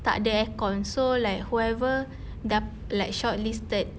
tak ada aircon so like whoever dap~ like shortlisted